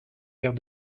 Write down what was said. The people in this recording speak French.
verre